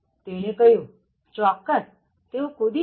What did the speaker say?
તેણે કહ્યું ચોક્કસ તેઓ કૂદી શકે